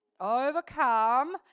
overcome